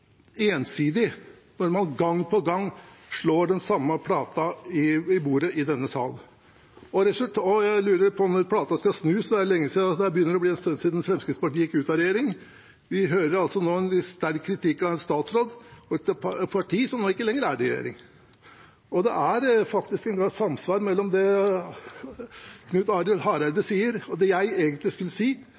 ensidig når man gang på gang slår den samme plata i bordet i denne salen. Jeg lurer på om den plata skal snus – det begynner å bli en stund siden Fremskrittspartiet gikk ut av regjering. Vi hører nå en sterk kritikk av en statsråd og et parti som ikke lenger er i regjering. Det er samsvar mellom det Knut Arild Hareide sier, og det jeg egentlig skulle si,